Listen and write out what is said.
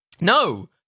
No